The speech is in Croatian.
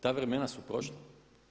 Ta vremena su prošla.